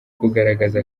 kugaragaza